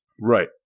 Right